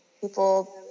people